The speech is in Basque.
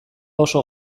oso